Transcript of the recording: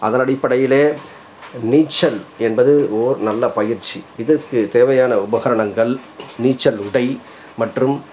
அதன் அடிப்படையில் நீச்சல் என்பது ஓர் நல்ல பயிற்சி இதற்கு தேவையான உபகரணங்கள் நீச்சல் உடை மற்றும்